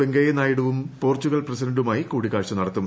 വെങ്കയ്യ നായിഡുവും പോർച്ചുഗൽ പ്രസിഡന്റുമായി കൂടിക്കാഴ്ച നടത്തും